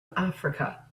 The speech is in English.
africa